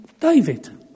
David